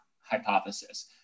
hypothesis